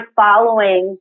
following